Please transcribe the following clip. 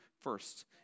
first